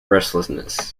restlessness